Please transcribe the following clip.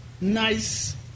nice